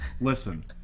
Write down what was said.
listen